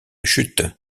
chute